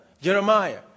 Jeremiah